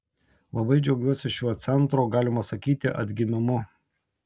labai džiaugiuosi šiuo centro galima sakyti atgimimu